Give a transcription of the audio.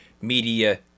Media